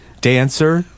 Dancer